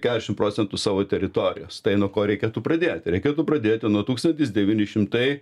keturiasdešimt procentų savo teritorijos tai nuo ko reikėtų pradėti reikėtų pradėti nuo tūkstantis devyni šimtai